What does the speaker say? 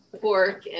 pork